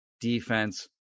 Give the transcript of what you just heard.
defense